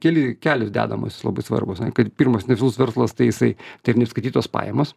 keli kelios dedamosios labai svarbos kad pirmas nefilus verslas tai jisai taip neapskaitytos pajamos